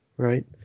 right